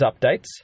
updates